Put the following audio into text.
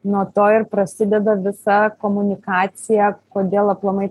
nuo to ir prasideda visa komunikacija kodėl aplamai